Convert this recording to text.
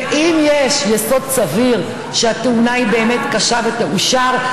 ואם יש יסוד סביר שהתאונה היא באמת קשה ותאושר,